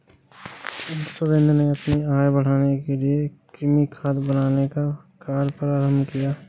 सुरेंद्र ने अपनी आय बढ़ाने के लिए कृमि खाद बनाने का कार्य प्रारंभ किया